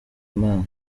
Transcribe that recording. imana